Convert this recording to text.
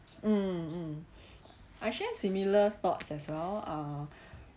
mm mm I share similar thoughts as well uh